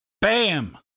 Bam